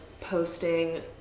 posting